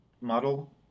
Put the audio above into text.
model